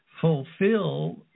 fulfill